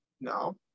No